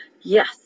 yes